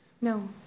No